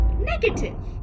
Negative